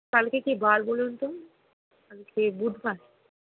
কালকে কি বার বলুন তো কালকে বুধবার